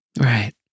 Right